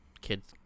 kids